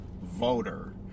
voter